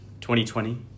2020